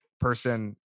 person